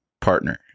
partner